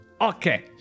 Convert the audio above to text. okay